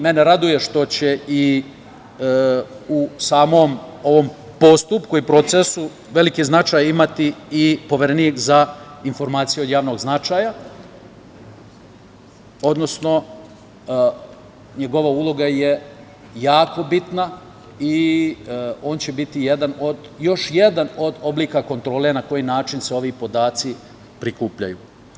Mene raduje što će i u samom ovom postupku i procesu veliki značaj imati i Poverenik za informacije od javnog značaja, odnosno njegova uloga je jako bitna i on će biti još jedan od oblika kontrole na koji način se ovi podaci prikupljaju.